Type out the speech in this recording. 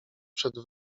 przed